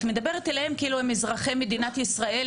את מדברת עליהם כאילו הם אזרחי מדינת ישראל,